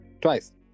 Twice